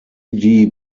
die